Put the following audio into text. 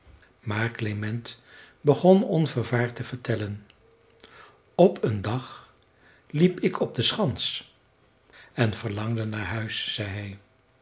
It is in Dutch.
maar klement begon onvervaard te vertellen op een dag liep ik op de schans en verlangde naar huis zei